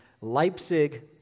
Leipzig